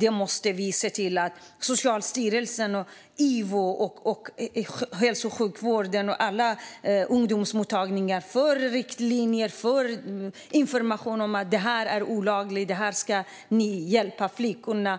Vi måste se till att Socialstyrelsen, IVO, hälso och sjukvården och alla ungdomsmottagningar får riktlinjer och information om att detta är olagligt och att de ska hjälpa flickorna.